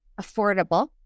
affordable